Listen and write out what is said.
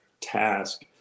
task